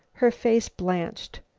her face blanched.